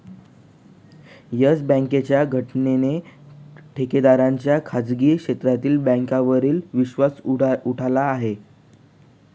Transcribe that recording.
yes बँकेच्या घटनेने ठेवीदारांचा खाजगी क्षेत्रातील बँकांवरील विश्वास उडाला आहे